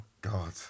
God